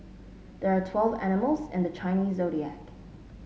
there are twelve animals in the Chinese Zodiac